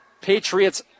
Patriots